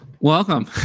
Welcome